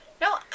No